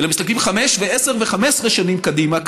אלא מסתכלים 5 ו-10 ו-15 שנים קדימה,